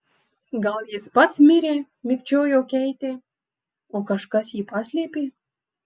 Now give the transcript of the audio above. gal jis pats mirė mikčiojo keitė o kažkas jį paslėpė